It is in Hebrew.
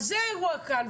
אז זה האירוע כאן.